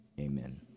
Amen